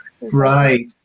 Right